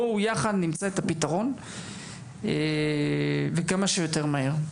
בואו ביחד נמצא את הפתרון וכמה שיותר מהר.